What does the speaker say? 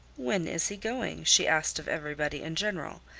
when is he going? she asked of everybody in general,